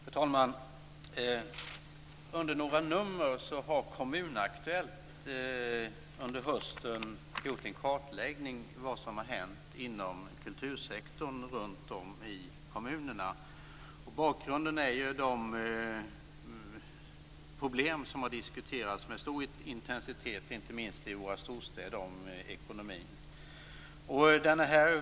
Fru talman! I några nummer har Kommun Aktuellt under hösten gjort en kartläggning av vad som har hänt inom kultursektorn runt om i kommunerna. Bakgrunden är de problem som har diskuterats med stor intensitet, inte minst i våra storstäder, vad gäller ekonomin.